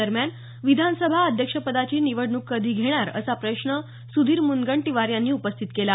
दरम्यान विधानसभा अध्यक्षपदाची निवडणूक कधी घेणार असा प्रश्न सुधीर मुनगंटीवार यांनी उपस्थित केला